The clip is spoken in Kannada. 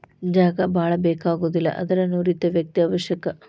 ಜಾಗಾ ಬಾಳ ಬೇಕಾಗುದಿಲ್ಲಾ ಆದರ ನುರಿತ ವ್ಯಕ್ತಿ ಅವಶ್ಯಕ